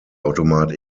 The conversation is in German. automat